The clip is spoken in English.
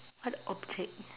what object